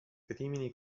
crimini